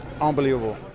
unbelievable